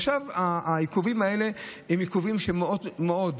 העיכובים האלה מפריעים מאוד מאוד,